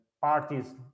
parties